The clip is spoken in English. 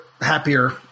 happier